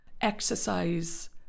exercise